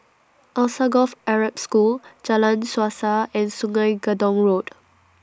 Alsagoff Arab School Jalan Suasa and Sungei Gedong Road